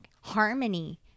harmony